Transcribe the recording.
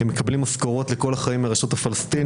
הם מקבלים משכורות לכל החיים מהרשות הפלסטינית,